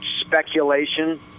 speculation